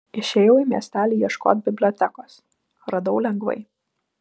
išėjau į miestelį ieškot bibliotekos radau lengvai